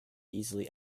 easily